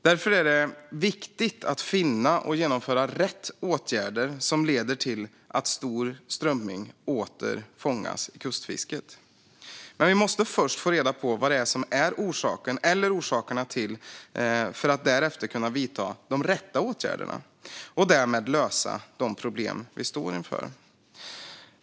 Därför är det viktigt att finna och genomföra rätt åtgärder som leder till att stor strömming åter fångas i kustfisket. Men vi måste först få reda på vad som är orsaken eller orsakerna för att därefter kunna vidta de rätta åtgärderna och därmed lösa de problem vi står inför.